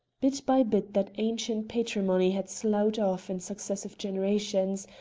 bit by bit that ancient patrimony had sloughed off in successive generations,